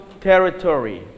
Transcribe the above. territory